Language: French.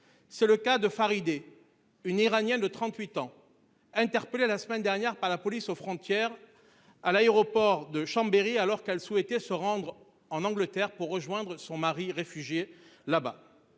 C'est le cas de Farideh une iranien de 38 ans interpellé la semaine dernière par la police aux frontières à l'aéroport de Chambéry, alors qu'elle souhaitait se rendre en Angleterre pour rejoindre son mari. Là-bas.